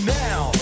now